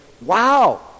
Wow